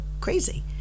crazy